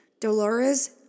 Dolores